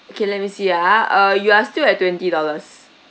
okay let me see ah uh you are still at twenty dollars